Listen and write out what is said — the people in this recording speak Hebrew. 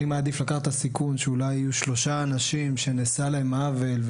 אני מעדיף לקחת את הסיכון שאולי יהיו שלושה אנשים שנעשה להם עוול,